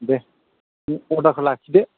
देह अर्डारखौ लाखिदो